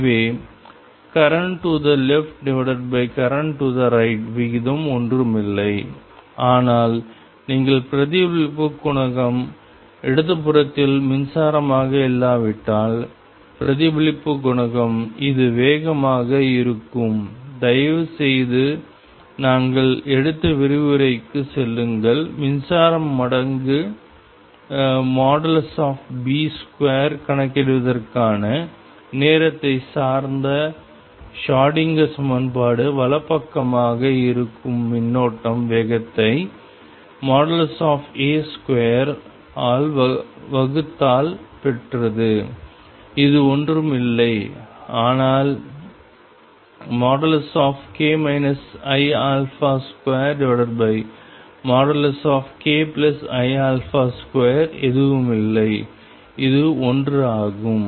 எனவே current to the leftcurrent to the right விகிதம் ஒன்றுமில்லை ஆனால் நீங்கள் பிரதிபலிப்பு குணகம் இடதுபுறத்தில் மின்சாரமாக இல்லாவிட்டால் பிரதிபலிப்பு குணகம் இது வேகமாக இருக்கும் தயவுசெய்து நாங்கள் எடுத்த விரிவுரைக்குச் செல்லுங்கள் மின்சாரம் மடங்கு B2 கணக்கிடுவதற்கான நேரத்தை சார்ந்த ஷ்ரோடிங்கர் சமன்பாடு வலப்பக்கமாக இருக்கும் மின்னோட்டம் வேகத்தை A2 ஆல் வகுத்ததால் பெற்றது இது ஒன்றுமில்லை ஆனால் k iα2kiα2 எதுவுமில்லை அது 1 ஆகும்